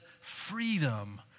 freedom